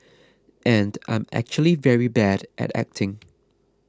and I'm actually very bad at acting